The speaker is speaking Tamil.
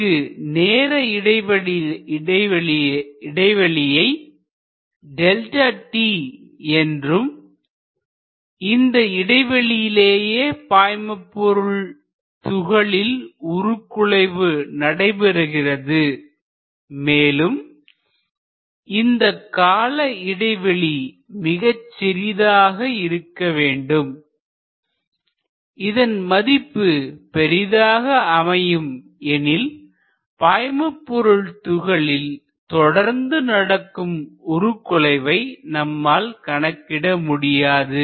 இங்கு நேரம் இடைவெளியை Δ t என்றும் இந்த இடைவெளியிலேயே பாய்மபொருள் துகளில் உருகுலைவு நடைபெறுகிறது மேலும் இந்த கால இடைவெளி மிகச் சிறிதாக இருக்க வேண்டும் இதன் மதிப்பு பெரிதாக அமையும் எனில் பாய்மபொருள் துகளில் தொடர்ந்து நடக்கும் உருகுலைவை நம்மால் கணக்கிட முடியாது